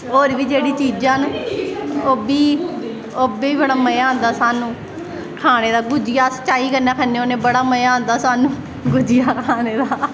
होर बी जेह्ड़ी चीजां न ओह् बी ओह् बी बड़ा मज़ा आंदा स्हानू खाने दा भुज्जिया अस चाई कन्नै खन्ने होन्ने बड़ा मज़ा आंदा स्हानू भुज्जियां खाने दा